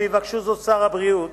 אם יבקשו זאת שר הבריאות